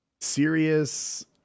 serious